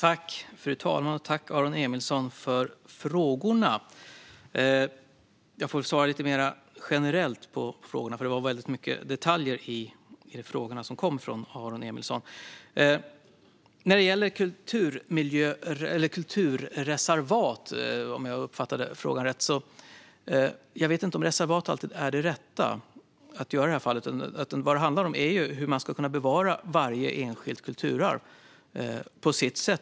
Fru talman! Tack, Aron Emilsson, för frågorna! Jag får svara lite mer generellt på frågorna, för det var många detaljer i Aron Emilssons frågor. När det gäller kulturreservat, om jag uppfattade frågan rätt, vet jag inte om reservat alltid är det rätta i det här fallet. Vad det handlar om är hur man ska kunna bevara varje enskilt kulturarv på sitt sätt.